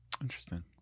Interesting